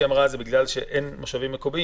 במקום